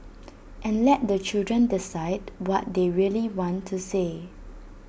and let the children decide what they really want to say